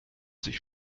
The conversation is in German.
sich